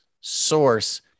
source